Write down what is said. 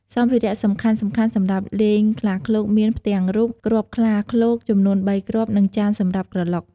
សម្ភារៈសំខាន់ៗសម្រាប់លេងខ្លាឃ្លោកមាន ផ្ទាំងរូប គ្រាប់ខ្លាឃ្លោកចំនួនបីគ្រាប់ និងចានសម្រាប់ក្រឡុក។